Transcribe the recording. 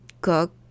cook